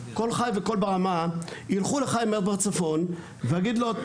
קול חי וקול ברמה ילכו לחיים הכט בצפון ויגידו לו,